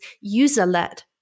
user-led